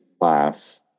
class